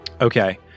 Okay